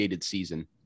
season